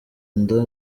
nda